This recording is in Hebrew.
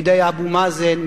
מידי אבו מאזן,